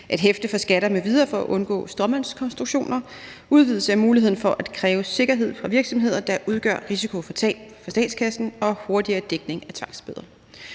at hæfte for skatter m.v. for at undgå stråmandskonstruktioner, udvidelse af muligheden for at kræve sikkerhed fra virksomheder, der udgør en risiko for tab for statskassen, og hurtigere dækning af tvangsbøder.